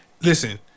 listen